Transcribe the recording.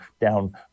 down